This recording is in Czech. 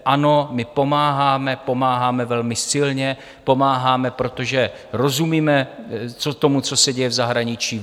Ano, my pomáháme, pomáháme velmi silně, pomáháme, protože rozumíme tomu, co se děje v zahraničí.